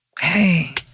hey